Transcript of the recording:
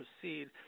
proceed